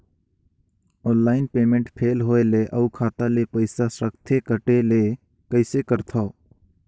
Online payment fail होय ले अउ खाता ले पईसा सकथे कटे ले कइसे करथव?